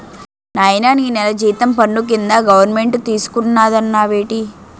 నాయనా నీ నెల జీతం పన్ను కింద గవరమెంటు తీసుకున్నాదన్నావేటి